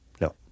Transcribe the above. No